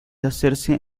hacerse